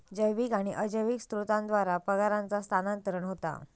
जैविक आणि अजैविक स्त्रोतांद्वारा परागांचा स्थानांतरण होता